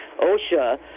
OSHA